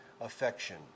affection